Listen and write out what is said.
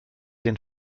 den